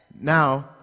Now